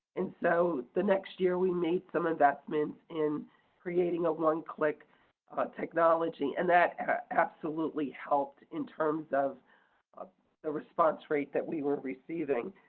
and so the next year we made some investments in creating a one click technology. and that absolutely helped in terms of a response rate that we were receiving.